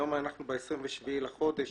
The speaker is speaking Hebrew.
היום אנחנו ב-27 בחודש.